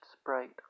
sprite